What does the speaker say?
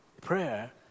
prayer